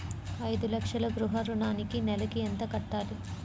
ఐదు లక్షల గృహ ఋణానికి నెలకి ఎంత కట్టాలి?